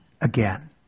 again